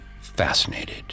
fascinated